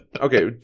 Okay